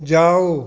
जाओ